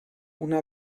una